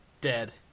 dead